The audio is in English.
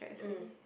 mm